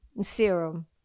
Serum